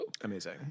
Amazing